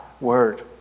word